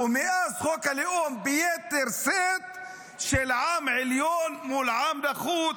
ומאז חוק הלאום ביתר שאת של עם עליון מול עם נחות,